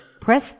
press